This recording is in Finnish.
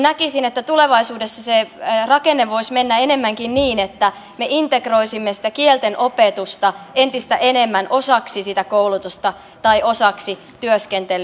näkisin että tulevaisuudessa se rakenne voisi mennä enemmänkin niin että me integroisimme sitä kielten opetusta entistä enemmän osaksi sitä koulutusta tai työskentelyä